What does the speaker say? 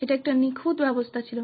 এটি একটি নিখুঁত ব্যবস্থা ছিল